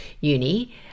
uni